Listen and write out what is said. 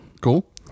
Cool